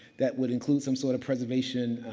that would include some sort of preservation